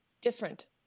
Different